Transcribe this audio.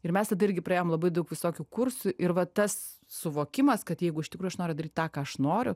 ir mes tada irgi praėjom labai daug visokių kursų ir va tas suvokimas kad jeigu iš tikro aš noriu daryt tą ką aš noriu